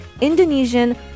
Indonesian